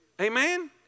amen